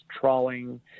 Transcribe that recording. trawling